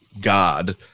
God